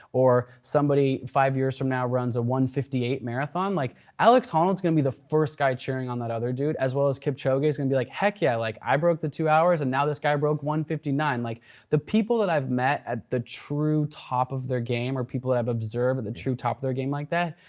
or somebody five years from now runs a one fifty eight marathon, like alex honnold's gonna be the first guy cheering on that other dude as well as kipchoge's gonna be like heck yeah, like i broke the two hours and now this guy broke one fifty nine. like the people that i've met at the true top of their game or people that i've observed at the true top of their game like that,